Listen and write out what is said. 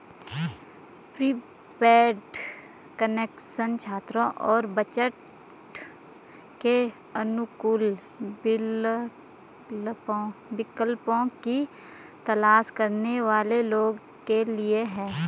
prepaid connection छात्रों और budget के अनुकूल विकल्पों की तलाश करने वाले लोगों के लिए है